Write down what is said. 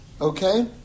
Okay